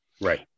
Right